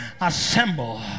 assemble